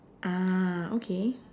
ah okay